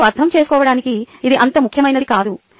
ఇప్పుడు మీరు అర్థం చేసుకోవడానికి అది అంత ముఖ్యమైనది కాదు